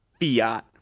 Fiat